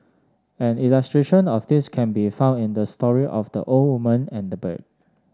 an illustration of this can be found in the story of the old woman and the bird